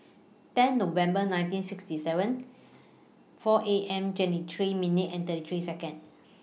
ten November nineteen sixty seven four A M twenty three minutes and thirty three Seconds